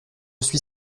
suis